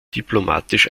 diplomatisch